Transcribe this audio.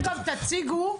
יפה, אז אתם גם תציגו,